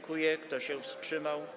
Kto się wstrzymał?